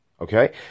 Okay